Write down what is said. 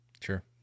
Sure